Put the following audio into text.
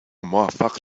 موفق